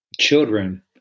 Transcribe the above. children